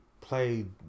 played